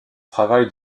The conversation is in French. travail